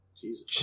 Jesus